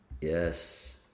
Yes